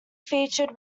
featured